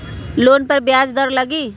Loan पर ब्याज दर लगी?